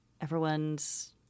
everyone's